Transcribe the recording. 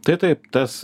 tai taip tas